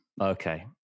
okay